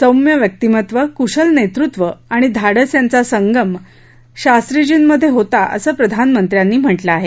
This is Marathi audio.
सौम्य व्यक्तीमत्व कुशल नेतृत्व आणि धाडस यांचा संगम शास्त्रीजींमध्ये होता असं प्रधानमंत्र्यांनी म्हटलं आहे